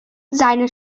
seine